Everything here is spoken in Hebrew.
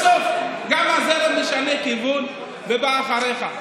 בסוף, גם הזרם משנה כיוון ובא אחריך.